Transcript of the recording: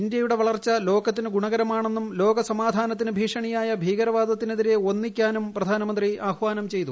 ഇന്ത്യയുടെ വളർച്ച ലോകത്തിന് ഗുണകരമാണെന്നും ലോക സമാധാനത്തിന് ഭീഷണിയായ ഭീകരവാദത്തിനെതിരെ ഒന്നിക്കാനും പ്രധാനമന്ത്രി ആഹ്വാനം ചെയ്തു